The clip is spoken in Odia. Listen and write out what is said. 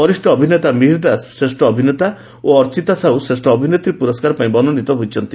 ବରିଷ ଅଭିନେତା ମିହିର ଦାସ ଶ୍ରେଷ ଅଭିନେତା ଓ ଅର୍ଚ୍ଚତା ସାହୁ ଶ୍ରେଷ୍ଷ ଅଭିନେତ୍ରୀ ପୁରସ୍କାର ପାଇଁ ମନୋନୀତ ହୋଇଛନ୍ତି